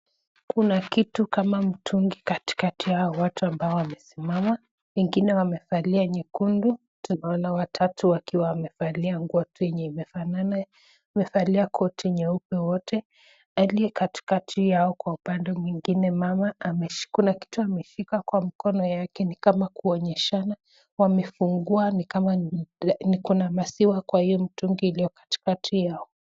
Kuna kitu kama mtungi katikati ya hawa watu ambao wamesimama wengine wamevalia nyekundu, tunaona watatu wakiwa wamevalia nguo imefanana wamevalia koti nyeupe wote, aliyekatikati yao kwa upande mwingine mama kuna kitu ameshika kwa mkono wake nikama kuonyeshana wamefungua nikama kuna maziwa kwa hiyo mtungi iliyo katikati yao.